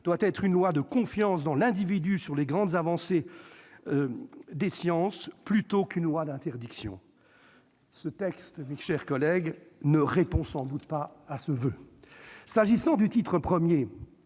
devait être « une loi de confiance dans l'individu sur les grandes avancées des sciences plutôt qu'une loi d'interdiction ». Ce texte, mes chers collègues, ne répond sans doute pas à ce voeu. Ainsi, le titre I ne